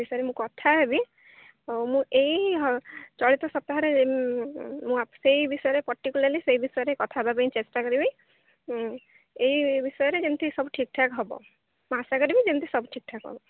ବିଷୟରେ ମୁଁ କଥା ହେବି ମୁଁ ଏଇ ଚଳିତ ସପ୍ତାହରେ ସେଇ ବିଷୟରେ ପର୍ଟିକୁଲାର୍ଲି ସେଇ ବିଷୟରେ କଥା ହେବାପାଇଁ ଚେଷ୍ଟା କରିବି ଏଇ ବିଷୟରେ ଯେମିତି ସବୁ ଠିକ୍ ଠାକ୍ ହେବ ମୁଁ ଆଶା କରିବି ଯେମିତି ସବୁ ଠିକ୍ ଠାକ୍ ହେବ